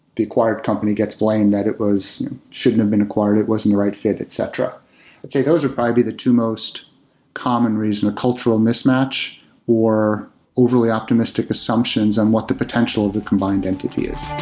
the acquired company gets blamed that it shouldn't have been acquired. it wasn't the right fit, etc. i'd say those are probably the two most common reason, a cultural mismatch or overly optimistic assumptions on what the potential of the combined entity is.